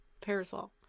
parasol